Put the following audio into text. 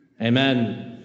Amen